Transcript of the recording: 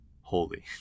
holy